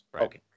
okay